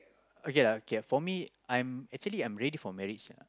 okay lah okay lah for me I'm actually I'm ready for marriage lah